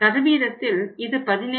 சதவீதத்தில் இது 17